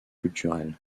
culturels